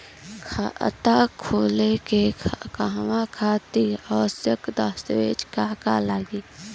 खाता खोले के कहवा खातिर आवश्यक दस्तावेज का का लगी?